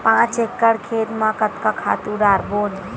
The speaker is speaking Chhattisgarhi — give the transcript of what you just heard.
पांच एकड़ खेत म कतका खातु डारबोन?